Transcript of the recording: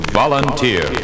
volunteer